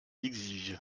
l’exige